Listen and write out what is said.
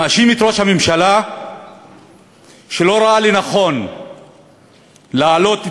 מאשים את ראש הממשלה שלא ראה לנכון להעלות את